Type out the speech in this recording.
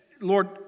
Lord